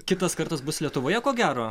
kitas kartas bus lietuvoje ko gero